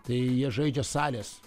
tai jie žaidžia salės